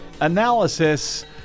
analysis